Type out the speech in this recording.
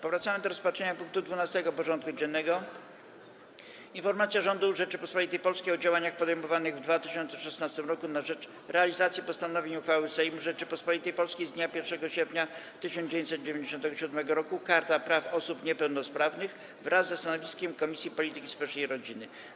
Powracamy do rozpatrzenia punktu 12. porządku dziennego: Informacja rządu Rzeczypospolitej Polskiej o działaniach podejmowanych w 2016 roku na rzecz realizacji postanowień uchwały Sejmu Rzeczypospolitej Polskiej z dnia 1 sierpnia 1997 r. Karta Praw Osób Niepełnosprawnych wraz ze stanowiskiem Komisji Polityki Społecznej i Rodziny.